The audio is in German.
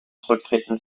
zurücktreten